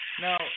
now